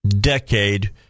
decade